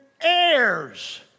heirs